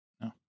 No